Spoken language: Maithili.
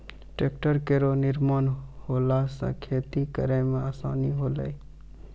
ट्रेक्टर केरो निर्माण होला सँ खेती करै मे आसानी होलै